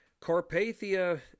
Carpathia